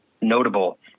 notable